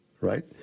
right